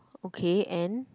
okay and